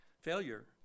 Failure